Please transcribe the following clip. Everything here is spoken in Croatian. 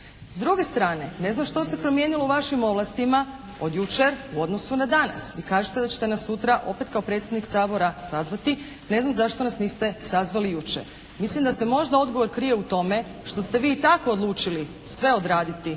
S druge strane ne znam što se promijenilo u vašim ovlastima od jučer u odnosu na danas. Vi kažete da ćete nas sutra opet kao predsjednik Sabora sazvati, ne znam zašto nas niste sazvali jučer. Mislim da se možda odgovor krije u tome što ste vi i tako odlučili sve odraditi